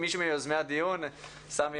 מישהו מיוזמי הדיון רוצה להתייחס.